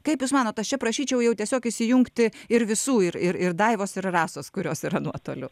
kaip jūs manot aš čia prašyčiau jau tiesiog įsijungti ir visų ir ir ir daivos ir rasos kurios yra nuotoliu